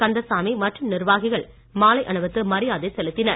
கந்தசாமி மற்றும் நிர்வாகிகள் மாலை அணிவித்து மரியாதை செலுத்தினர்